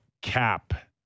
cap